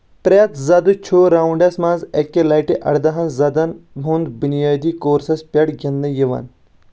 پرٮ۪تھ زدٕ چھُ راؤنڈَس منٛز اکہِ لٹہِ اَرٕداہن زدَن ہنٛز بُنِیٲدی کورسَس پٮ۪ٹھ گنٛدٕنہٕ یِوان